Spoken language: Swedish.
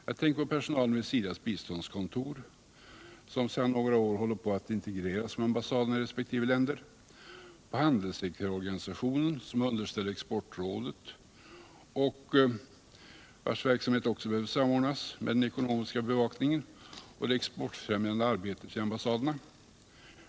Jag tänker på personalen vid SIDA:s biståndskontor, som sedan några år håller på att integreras med ambassaderna i resp. länder, handelssekreterarorganisationen, som är underställd Exportrådet och vars verksamhet också behöver samordnas med den ekonomiska bevakningen och det exportfrämjande arbetet vid ambassaderna.